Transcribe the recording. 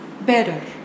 better